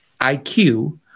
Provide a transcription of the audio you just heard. IQ